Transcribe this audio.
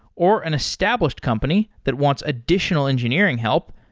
or an established company that wants additional engineering help,